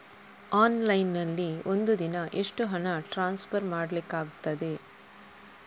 Online ನಲ್ಲಿ ಒಂದು ದಿನ ಎಷ್ಟು ಹಣ ಟ್ರಾನ್ಸ್ಫರ್ ಮಾಡ್ಲಿಕ್ಕಾಗ್ತದೆ?